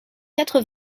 quatre